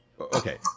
Okay